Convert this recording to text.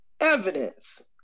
evidence